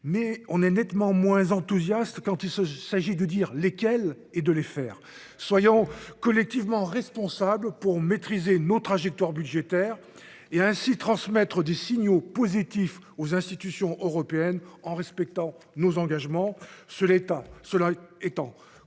mais on est nettement moins enthousiaste quand il s’agit de préciser lesquelles et, surtout, de les faire. Soyons collectivement responsables pour maîtriser nos trajectoires budgétaires et ainsi transmettre des signaux positifs aux institutions européennes, en respectant nos engagements. Cela étant, compte